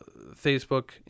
Facebook